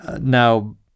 now